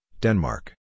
Denmark